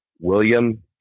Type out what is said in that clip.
William